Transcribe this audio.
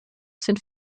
sind